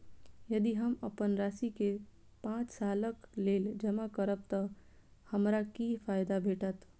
यदि हम अप्पन राशि केँ पांच सालक लेल जमा करब तऽ हमरा की फायदा भेटत?